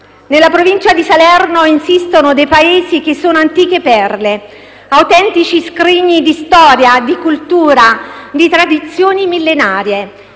Nella provincia di Salerno insistono paesi che sono antiche perle, autentici scrigni di storia, di cultura, di tradizioni millenarie,